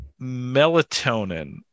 Melatonin